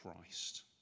Christ